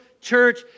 church